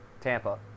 Tampa